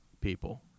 people